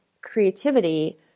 creativity